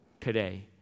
today